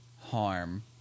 harm